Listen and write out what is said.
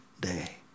day